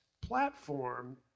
platform